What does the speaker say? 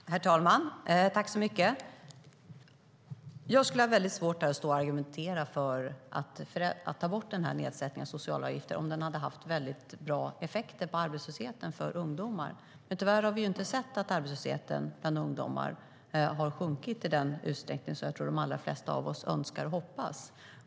Herr talman! Jag skulle ha väldigt svårt att stå här och argumentera för att ta bort denna nedsättning av sociala avgifter om den hade haft väldigt bra effekter på arbetslösheten för ungdomar. Men tyvärr har vi inte sett att arbetslösheten bland ungdomar sjunkit i den utsträckning som jag tror att de allra flesta av oss önskar och hoppas.